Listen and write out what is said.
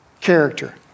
character